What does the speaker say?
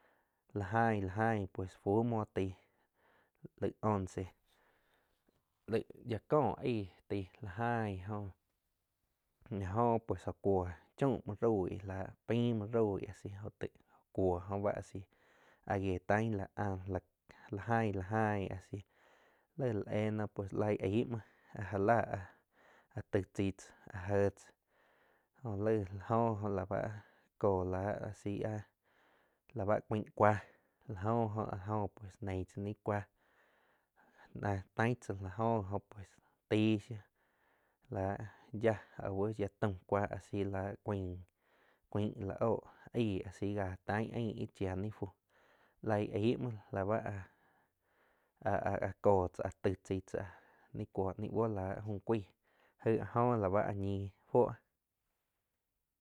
Láh aing, la aing pues fu muoh taig laig once lai, ya có aig taí láh aing jóh la jo pues jo kúo chaum mhuo roig áh paim mhuo roig jo taig jo cuo báh a si áh gíe taing la gain la gain a si lai la éh noh pues laig aih muoh ja láh áh taig chai tzá jéh tzáh jo laig la jo oh la báh ko láh a si la báh cuaig cuáh la jo oh a jóh jo pues neigh tzá ni cuáh na taig tzá la jóh jo pues taig shiu láh yiáh au yia taum cuah a si láh cuain, cuain la óh aig asi taig ainn ih chia ni fuh laig aig uo la báh áh-áh kó tzáh taig chai tzá ni cuo ni buoh láh fu cuaig aig la jo la bá ah ñi fuo.